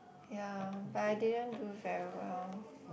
ya but I didn't do very well